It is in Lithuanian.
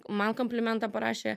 man komplimentą parašė